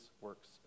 works